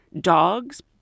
dogs